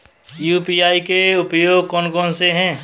UPI के उपयोग कौन कौन से हैं?